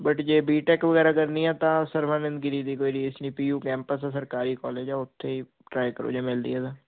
but ਜੇ B tech ਵਗੈਰਾ ਕਰਨੀ ਹ ਤਾਂ ਸਰਕਾਰੀ ਕਾਲਜ ਆ ਉਥੇ ਟਰਾਈ ਕਰੋ